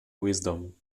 wisdom